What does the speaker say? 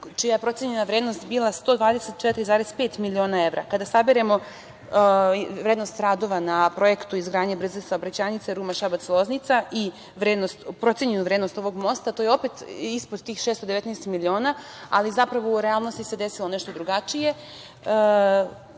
čija je procenjena vrednost bila 124,5 miliona evra. Kada saberemo vrednost radova na projektu izgradnje brze saobraćajnice Ruma-Šabac-Loznica i procenjenu vrednost ovog mosta, to je opet ispod tih 619 miliona. Zapravo, u realnosti se desilo nešto drugačije.